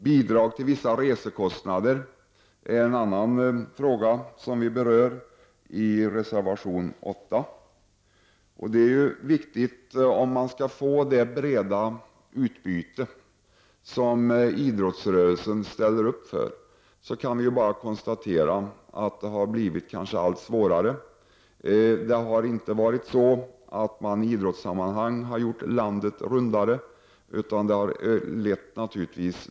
Bidrag till vissa resekostnader är en annan fråga, vilken vi tar upp i reservation 8. Det är viktigt om man skall få det breda utbyte som idrottsrörelsen arbetar för. Vi kan bara konstatera att det blivit allt svårare. Det har inte varit så att man i idrottssammanhang har gjort landet så att säga rundare.